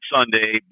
Sunday